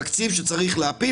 תקציב שצריך להפיל,